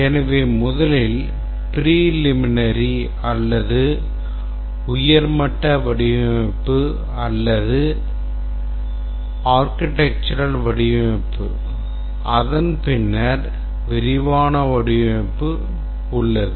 எனவே முதலில் preliminary அல்லது உயர் மட்ட வடிவமைப்பு அல்லது architectural வடிவமைப்பு அதன்பின்னர் விரிவான வடிவமைப்பு உள்ளது